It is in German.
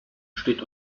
steht